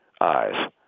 eyes